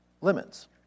limits